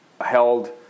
held